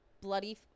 bloody